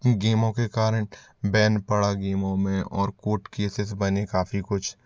इन गेमों के कारण बैन पड़ा गेमों में और काेर्ट केसेस बने काफ़ी कुछ